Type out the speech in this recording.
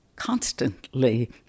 constantly